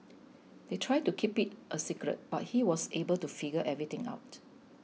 they tried to keep it a secret but he was able to figure everything out